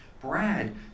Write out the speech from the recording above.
Brad